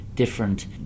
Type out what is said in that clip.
Different